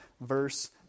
verse